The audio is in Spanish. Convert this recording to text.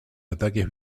ataques